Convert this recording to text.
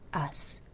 us.